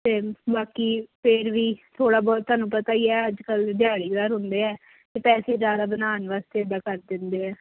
ਅਤੇ ਬਾਕੀ ਫਿਰ ਵੀ ਥੋੜ੍ਹਾ ਬਹੁਤ ਤੁਹਾਨੂੰ ਪਤਾ ਹੀ ਹੈ ਅੱਜ ਕੱਲ੍ਹ ਦਿਹਾੜੀਦਾਰ ਹੁੰਦੇ ਹੈ ਅਤੇ ਪੈਸੇ ਜ਼ਿਆਦਾ ਬਣਾਉਣ ਵਾਸਤੇ ਇੱਦਾਂ ਕਰ ਦਿੰਦੇ ਹੈ